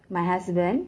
my husband